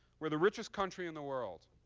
we're the richest country in the world,